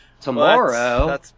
tomorrow